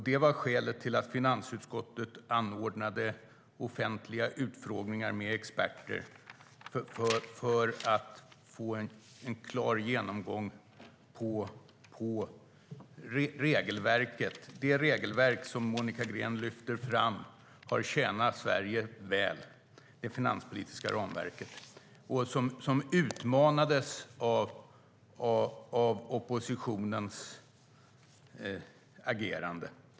Det var skälet till att finansutskottet - för att få en genomgång av det finanspolitiska ramverk som Monica Green framhåller har tjänat Sverige väl - anordnade offentliga utfrågningar med experter. Detta ramverk utmanades av oppositionens agerande.